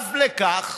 נוסף לכך,